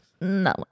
No